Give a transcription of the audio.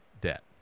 debt